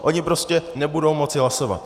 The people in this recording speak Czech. Oni prostě nebudou moci hlasovat.